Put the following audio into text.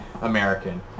American